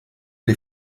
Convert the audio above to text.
die